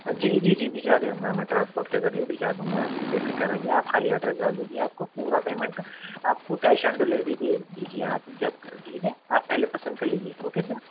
جی جی جی بھیجا دوں گا میں ٹرانسپورٹ کے ذریعے بھیجا دوں گا آپ کو بے فکر رہیے آپ خالی ایڈریس ڈال دیجیے آپ کو پورا پیمینٹ آپ کو کیش آن ڈلیوری دے دیجیے آپ جب ٹھیک ہے آپ پہلے پسند کر لیجیے اوکے سر